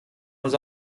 was